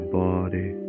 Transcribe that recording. body